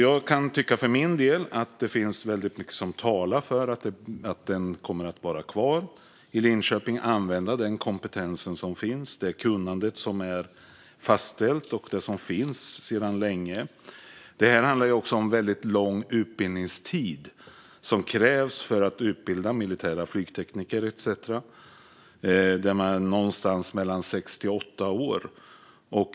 Jag kan därför för min del tycka att det finns väldigt mycket som talar för att verksamheten kommer att vara kvar i Linköping så att man kan använda den kompetens som finns och det kunnande som är fastställt sedan länge. Det handlar också om den långa utbildningstid som krävs för att utbilda militära flygtekniker etcetera - någonstans mellan sex och åtta år.